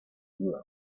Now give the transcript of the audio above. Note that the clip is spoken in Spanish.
duda